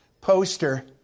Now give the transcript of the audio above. poster